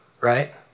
Right